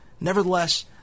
Nevertheless